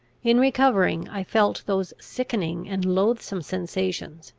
in recovering, i felt those sickening and loathsome sensations,